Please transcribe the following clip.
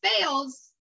fails